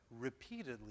repeatedly